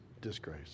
disgrace